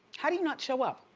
how do you not show up?